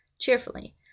cheerfully